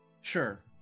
Sure